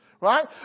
Right